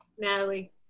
Natalie